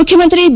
ಮುಖ್ಯಮಂತ್ರಿ ಬಿ